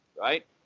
Right